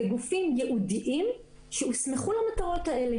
הם גופים ייעודיים שהוסמכו למטרות האלה.